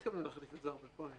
לא מתכוונים להחליף את זה הרבה פעמים.